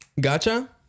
Gotcha